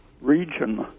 region